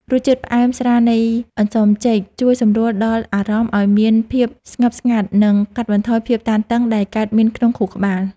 រសជាតិផ្អែមស្រាលនៃអន្សមចេកជួយសម្រួលដល់អារម្មណ៍ឱ្យមានភាពស្ងប់ស្ងាត់ និង កាត់បន្ថយភាពតានតឹងដែលកើតមានក្នុងខួរក្បាល។